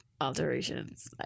alterations